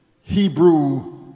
Hebrew